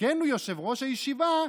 יפסיקנו יושב-ראש הישיבה,